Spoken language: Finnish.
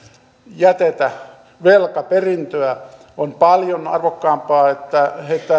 jätetä velkaperintöä on paljon arvokkaampaa että